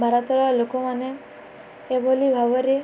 ଭାରତର ଲୋକମାନେ ଏଭଳି ଭାବରେ